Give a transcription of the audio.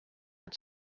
had